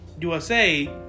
USA